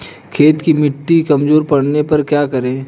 खेत की मिटी कमजोर पड़ने पर क्या करें?